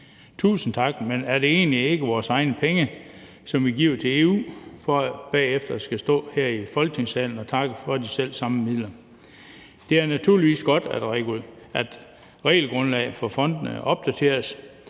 Tusind tak. Men er det egentlig ikke vores egne penge, som vi giver til EU for bagefter at skulle stå her i Folketingssalen og takke for de selv samme midler? Det er naturligvis godt, at regelgrundlaget for fondene opdateres,